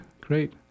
great